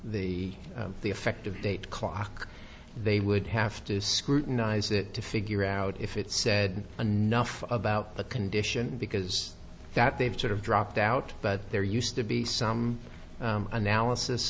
the effective date clock they would have to scrutinize it to figure out if it said enough about the condition because that they've sort of dropped out but there used to be some analysis